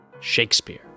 Shakespeare